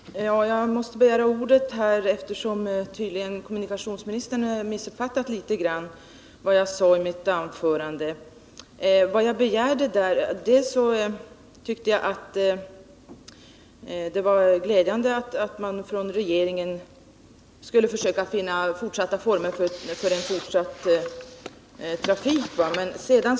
Herr talman! Jag måste begära ordet, eftersom kommunikationsministern tydligen litet grand hade missuppfattat vad jag sade i mitt anförande. Jag framhöll där först och främst att jag tyckte att det var glädjande att regeringen skulle försöka finna former för ett fortsatt genomförande av trafiken.